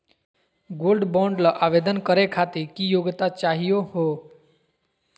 Gold bond ल आवेदन करे खातीर की योग्यता चाहियो हो?